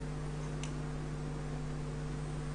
שלום.